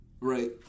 Right